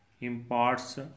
imparts